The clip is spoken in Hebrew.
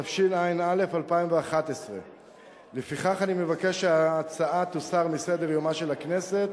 התשע"א 2011. לפיכך אני מבקש שההצעה תוסר מסדר-יומה של הכנסת